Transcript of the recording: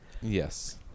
Yes